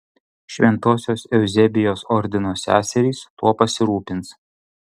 šventosios euzebijos ordino seserys tuo pasirūpins